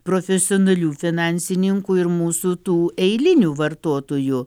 profesionalių finansininkų ir mūsų tų eilinių vartotojų